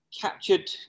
captured